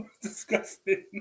Disgusting